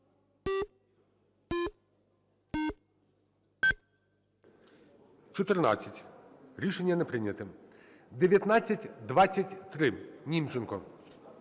Рішення не прийнято. 1924. Німченко.